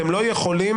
לא בבג"ץ.